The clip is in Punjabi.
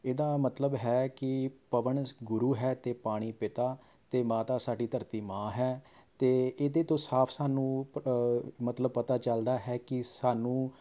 ਇਹਦਾ ਮਤਲਬ ਹੈ ਕਿ ਪਵਣ ਗੁਰੂ ਹੈ ਅਤੇ ਪਾਣੀ ਪਿਤਾ ਅਤੇ ਮਾਤਾ ਸਾਡੀ ਧਰਤੀ ਮਾਂ ਹੈ ਅਤੇ ਇਹਦੇ ਤੋਂ ਸਾਫ ਸਾਨੂੰ ਪ ਮਤਲਬ ਪਤਾ ਚੱਲਦਾ ਹੈ ਕਿ ਸਾਨੂੰ